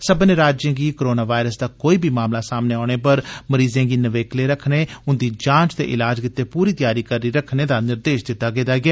सब्मनें राज्यें गी कोरोनावायरस दा कोई बी मामला सामनै औने उप्पर मरीजें गी नवेकले रक्खने उन्दी जांच ते ईलाज गित्तै पूरी तैयारी करी रक्खने दा निर्देश दित्ता गेदा ऐ